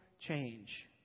change